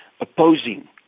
opposing